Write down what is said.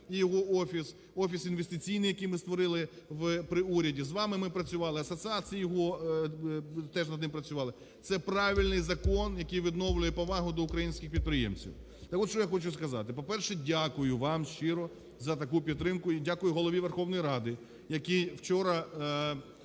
його Офіс, Офіс інвестиційний, який ми створили при уряді. З вами ми працювали, асоціації теж над ним працювали. Це правильний закон, який відновлює повагу до українських підприємців. Так от, я що хочу сказати. По-перше, дякую вам щиро за таку підтримку і дякую Голові Верховної Ради, який вчора